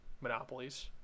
monopolies